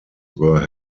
were